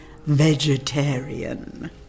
vegetarian